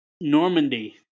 Normandy